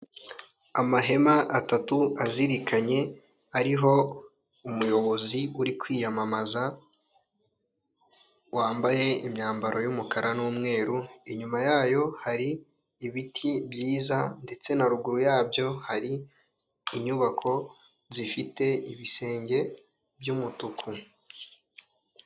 Amahema atatu azirikanye, ariho umuyobozi uri kwiyamamaza wambaye imyambaro y'umukara n'umweru, inyuma yayo hari ibiti byiza ndetse na ruguru yabyo hari inyubako zifite ibisenge by'umutuku.